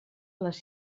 les